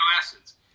acids